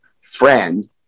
friend